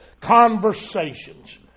conversations